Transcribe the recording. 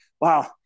wow